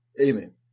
Amen